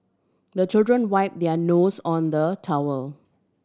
the children wipe their nose on the towel